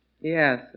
Yes